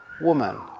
Woman